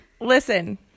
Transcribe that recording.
Listen